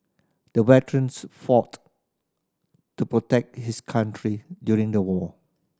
the veterans fought to protect his country during the war